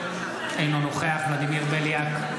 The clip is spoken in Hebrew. אינו נוכח ולדימיר בליאק,